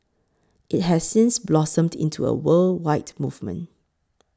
it has since blossomed into a worldwide movement